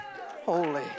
holy